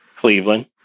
Cleveland